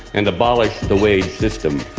and abolish the wage system